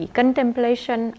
contemplation